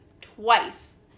Twice